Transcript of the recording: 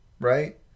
right